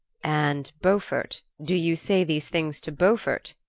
and beaufort do you say these things to beaufort?